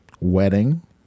wedding